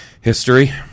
history